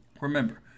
Remember